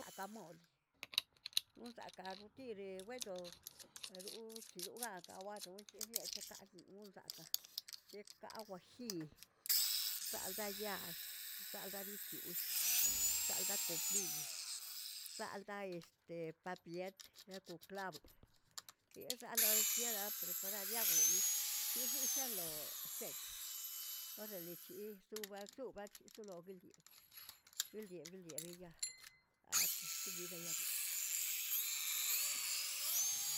Kaꞌmole unsakaꞌ rotiri weno roꞌo cheroꞌgak awado cheniꞌechekaꞌzə zinon zaꞌk, neꞌkaꞌ wajiy, zaꞌldaꞌ yaax, zaꞌldaꞌ bitiush, zaldꞌ komiy zaꞌldaꞌ este papiyet he kon klab, yexaꞌlollshiarap preparayagweyiꞌ chexi shialoꞌ sekꞌ, orale chisuꞌbaꞌksu bachi solokye ldyeꞌ-ldye'-ldyeꞌbeya akoxꞌkomide yaguꞌu.